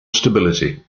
stability